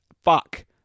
fuck